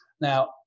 Now